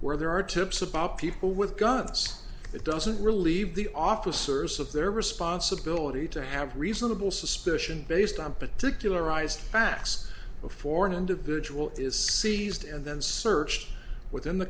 where there are tips about people with guns it doesn't relieve the officers of their responsibility to have reasonable suspicion based on particularized facts before an individual is seized and then searched within the